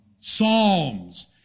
psalms